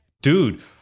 dude